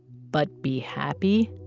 but be happy?